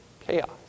Chaos